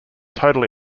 total